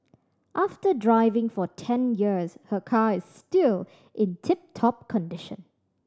after driving for ten years her car is still in tip top condition